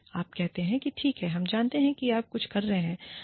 आप कहते हैं ठीक है हम जानते हैं कि आप कुछ कर रहे हैं